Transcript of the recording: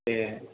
ए